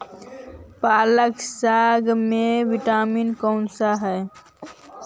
पालक साग में विटामिन कौन सा है?